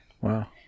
Wow